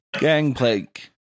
Gangplank